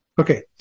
Okay